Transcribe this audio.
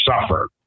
suffer